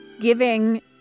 giving